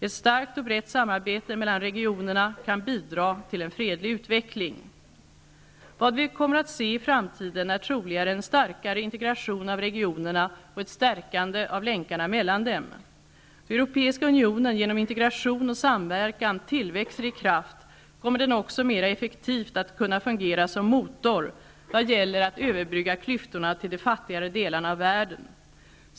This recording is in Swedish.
Ett starkt och brett samarbete mellan regionerna kan bidra till en fredlig utveckling. Vad vi kommer att se i framtiden är troligen en starkare integration av regionerna och ett stärkande av länkarna mellan dem. Då Europeiska unionen genom integration och samverkan tillväxer i kraft kommer den också mera effektivt att kunna fungera som motor vad gäller att överbrygga klyftorna till de fattigare delarna av världen.